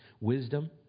wisdom